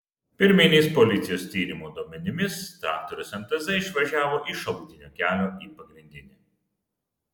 pirminiais policijos tyrimo duomenimis traktorius mtz išvažiavo iš šalutinio kelio į pagrindinį